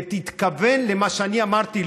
ותתכוון למה שאני אמרתי,